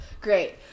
great